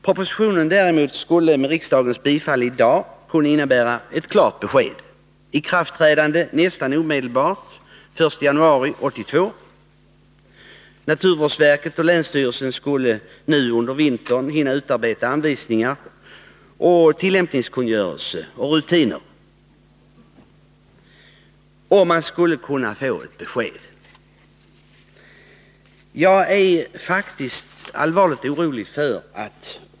Propositionen däremot skulle med riksdagens bifall i dag kunna innebära ett klart besked: ikraftträdande nästan omedelbart — den 1 januari 1982. Naturvårdsverket och länsstyrelsen skulle nu under vintern hinna utarbeta anvisningar, tillämpningskungörelser och rutiner — och man skulle kunna få ett besked. Jag är faktiskt allvarligt oroad.